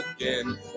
again